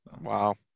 Wow